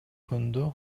күндө